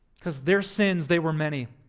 because their sins, there were many,